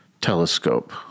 telescope